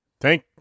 Thank